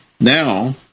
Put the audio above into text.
Now